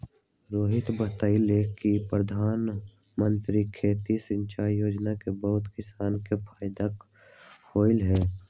रोहित बतलकई कि परधानमंत्री खेती सिंचाई योजना से बहुते किसान के फायदा होलई ह